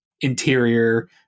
interior